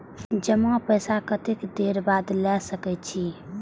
जमा पैसा कतेक देर बाद ला सके छी?